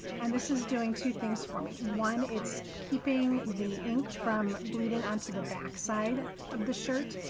and this is doing two things for me. one, it's keeping the ink from bleeding onto the back side of the shirt.